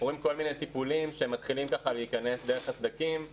אנחנו רואים כל מיני טיפולים שמתחילים ככה להיכנס דרך הסדקים,